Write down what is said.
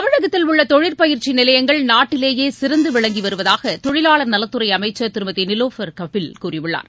தமிழகத்தில் உள்ள தொழிற்பயிற்சி நிலையங்கள் நாட்டிலேயே சிறந்து விளங்கி வருவதாக தொழிலாளர் நலத்துறை அமைச்சர் திருமதி நிலோபர் கபில் கூறியுள்ளார்